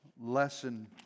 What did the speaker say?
lesson